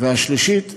השלישית,